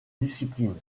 discipline